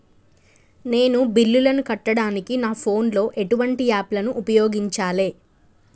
నేను బిల్లులను కట్టడానికి నా ఫోన్ లో ఎటువంటి యాప్ లను ఉపయోగించాలే?